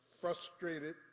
frustrated